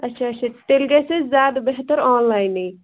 اَچھا اَچھا تیٚلہِ گژھِ اَسہِ زیادٕ بہتر آن لاینٕے